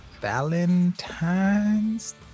Valentine's